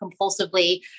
compulsively